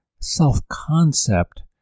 self-concept